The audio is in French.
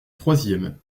troisième